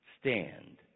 stand